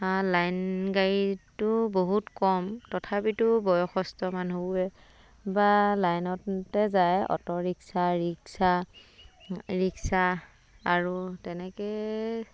line গাড়ীটো বহুত কম তথাপিতো বয়সস্থ মানুহবোৰে বা লাইনতে যায় অ'টোৰিক্সা ৰিক্সা ৰিক্সা আৰু তেনেকৈ